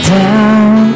down